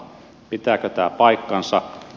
pitääkö tämä paikkansa